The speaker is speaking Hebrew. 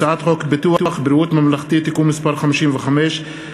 הצעת חוק ביטוח בריאות ממלכתי (תיקון מס' 55)